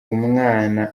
umwana